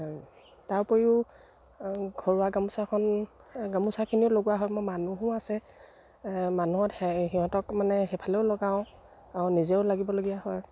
তাৰ উপৰিও ঘৰুৱা গামোচাখন গামোচাখিনিও লগোৱা হয় মোৰ মানুহো আছে মানুহত সিহঁতক মানে সেইফালেও লগাওঁ আৰু নিজেও লাগিবলগীয়া হয়